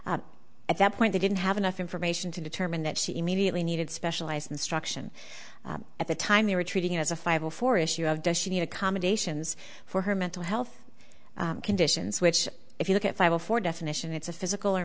at that point they didn't have enough information to determine that she immediately needed specialized instruction at the time they were treating it as a five or four issue of does she need accommodations for her mental health conditions which if you look at five o four definition it's a physical or